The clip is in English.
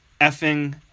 effing